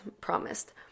promised